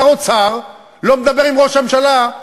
שר האוצר לא מדבר עם ראש הממשלה.